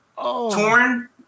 torn